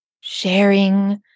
sharing